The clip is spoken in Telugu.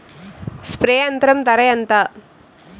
స్ప్రే యంత్రం ధర ఏంతా?